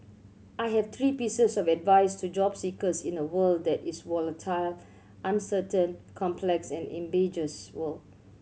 I have three pieces of advice to job seekers in a world that is volatile uncertain complex and ambiguous world